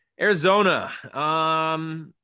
Arizona